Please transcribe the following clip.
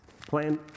Plan